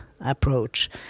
approach